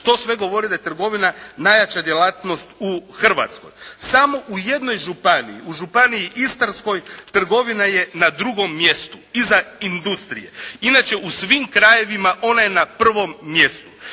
to sve govori da je trgovina najjača djelatnost u Hrvatskoj. Samo u jednoj županiji, u Županiji istarskoj trgovina je na drugom mjestu iza industrije. Inače u svim krajevima ona je na prvom mjestu.